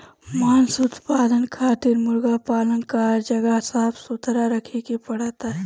मांस उत्पादन खातिर मुर्गा पालन कअ जगह साफ सुथरा रखे के पड़ी